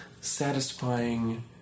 satisfying